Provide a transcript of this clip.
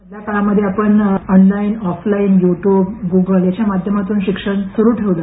मधल्या काळात आपण online offline YouTube Google यांच्या माध्यमातून शिक्षण सुरू ठेवलं